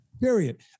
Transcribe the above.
Period